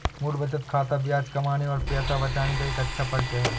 मूल बचत खाता ब्याज कमाने और पैसे बचाने का एक अच्छा परिचय है